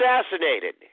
assassinated